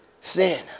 sin